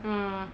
mm